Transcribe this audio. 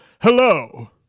Hello